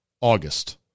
August